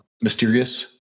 mysterious